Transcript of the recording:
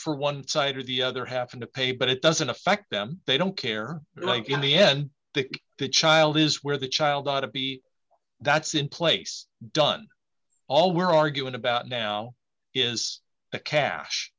for one side or the other happen to pay but it doesn't affect them they don't care like in the end the child is where the child ought to be that's in place done all we're arguing about now is a cash